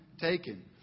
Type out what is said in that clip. taken